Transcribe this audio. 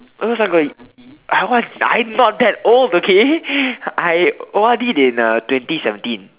it was like a I I am not that old okay I O_R_Ded in uh twenty seventeen